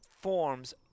forms